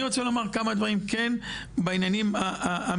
אני רוצה לומר כמה דברים כן בעניינים המנהלתיים.